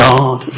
God